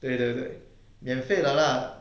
对对对免费的 lah